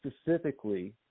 specifically